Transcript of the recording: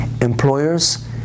employers